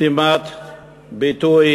סתימת ביטוי,